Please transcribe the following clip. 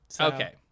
okay